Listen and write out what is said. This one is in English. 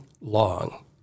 long